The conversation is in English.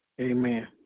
Amen